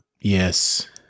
Yes